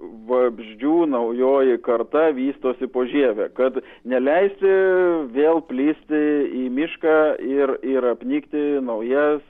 vabzdžių naujoji karta vystosi po žieve kad neleisi vėl plisti į mišką ir ir apnikti naujas